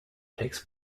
takes